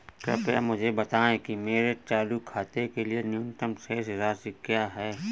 कृपया मुझे बताएं कि मेरे चालू खाते के लिए न्यूनतम शेष राशि क्या है?